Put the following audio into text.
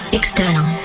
external